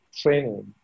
training